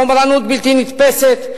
חומרנות בלתי נתפסת,